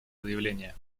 заявление